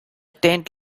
tent